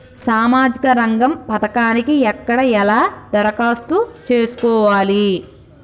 సామాజిక రంగం పథకానికి ఎక్కడ ఎలా దరఖాస్తు చేసుకోవాలి?